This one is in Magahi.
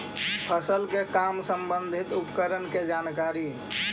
फसल के काम संबंधित उपकरण के जानकारी?